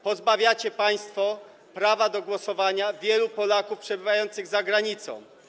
Pozbawiacie państwo prawa do głosowania wielu Polaków przebywających za granicą.